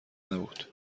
نبود